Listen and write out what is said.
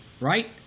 right